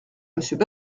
monsieur